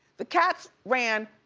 the cats ran,